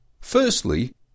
Firstly